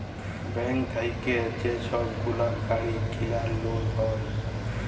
bank থ্যাইকে যে ছব গুলা গাড়ি কিলার লল হ্যয়